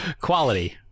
quality